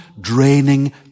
draining